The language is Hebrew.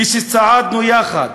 כשצעדנו יחד